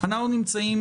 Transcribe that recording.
נמצאים